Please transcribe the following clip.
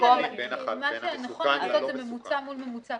במקום ------ מה שנכון לעשות זה ממוצע מול ממוצע,